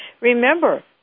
Remember